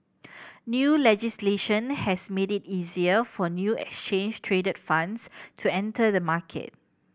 new legislation has made it easier for new exchange traded funds to enter the market